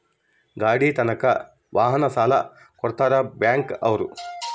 ಗಾಡಿ ತಗನಾಕ ವಾಹನ ಸಾಲ ಕೊಡ್ತಾರ ಬ್ಯಾಂಕ್ ಅವ್ರು